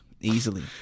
easily